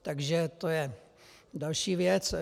Takže to je další věc.